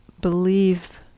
believe